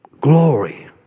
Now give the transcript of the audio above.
Glory